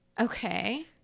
Okay